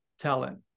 talent